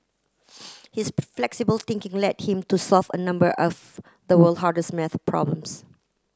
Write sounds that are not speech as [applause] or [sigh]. [noise] his flexible thinking led him to solve a number of the world hardest maths problems